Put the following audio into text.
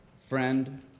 friend